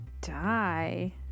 die